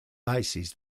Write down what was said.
bases